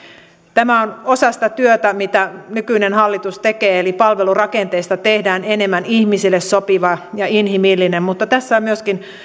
tämä on osa sitä työtä mitä nykyinen hallitus tekee eli palvelurakenteesta tehdään enemmän ihmisille sopiva ja inhimillinen mutta tässä on myöskin